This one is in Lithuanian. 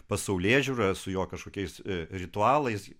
pasaulėžiūra su juo kažkokiais ritualais